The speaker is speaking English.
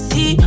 See